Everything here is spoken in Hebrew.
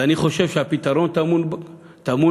ואני חושב שהפתרון טמון בזה,